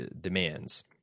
demands